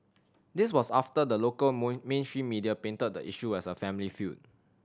this was after the local mainstream media painted the issue as a family feud